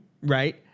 right